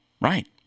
Right